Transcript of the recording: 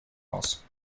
aus